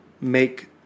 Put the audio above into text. make